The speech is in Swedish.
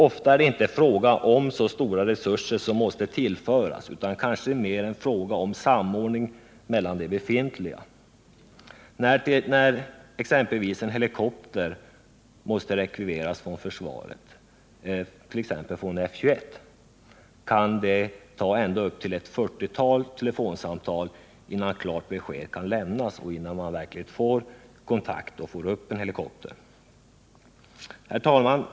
Ofta är det inte fråga om att stora resurser måste tillföras, utan det är kanske mer en fråga om samordning av de befintliga resurserna. När en helikopter måste rekvireras från försvaret, exempelvis från F 21, kan det behövas ända upp till ett 40-tal telefonsamtal innan klart besked kan lämnas, innan man verkligen får kontakt och får upp en helikopter. Herr talman!